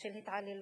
של התעללות,